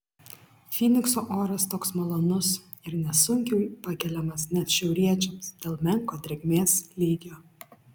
fynikso oras toks malonus ir nesunkiai pakeliamas net šiauriečiams dėl menko drėgmės lygio